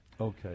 Okay